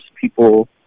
people